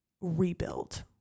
rebuild